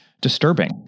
disturbing